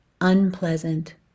unpleasant